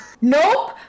Nope